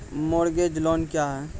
Mortgage loan क्या है?